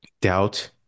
doubt